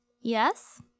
Yes